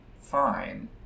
fine